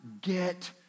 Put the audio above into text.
get